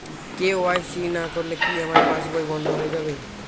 KYC না করলে কি আমার পাশ বই বন্ধ হয়ে যাবে?